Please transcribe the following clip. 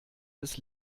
des